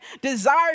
desire